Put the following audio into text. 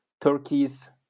Turkey's